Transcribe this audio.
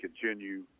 continue